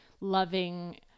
loving